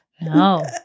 No